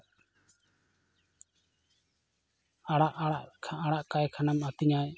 ᱟᱲᱟᱜ ᱟᱲᱟᱜ ᱟᱲᱟᱜ ᱠᱟᱭ ᱠᱷᱟᱱᱮᱢ ᱟᱛᱤᱧᱟᱭ